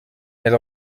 elle